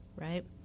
right